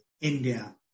India